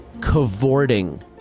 Cavorting